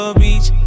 beach